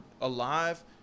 alive